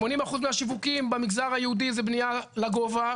80% מהשיווקים במגזר היהודי זה בניה לגובה,